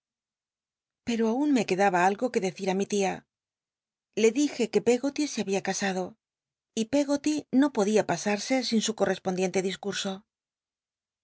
pero aun me quedaba algo que decir í mi tia le dije que peggoly se babia casado y peggoty no poclia pasarse sin su corl'espondicntc